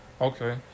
Okay